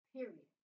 Period